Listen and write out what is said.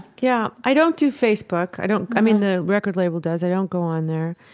yeah, i don't do facebook. i don't i mean the record label does i don't go on there.